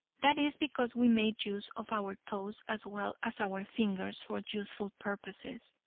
that is because we made use of our toes as well as our fingers for useful purposes.